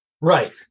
Right